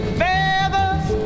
feathers